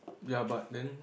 ya but then